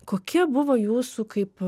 kokia buvo jūsų kaip